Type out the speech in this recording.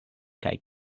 kaj